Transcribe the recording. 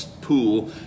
pool